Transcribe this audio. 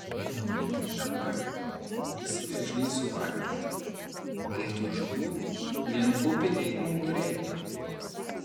dabar visi vėžliai suvalgyti o vietoj žuvų vien upiniai unguriai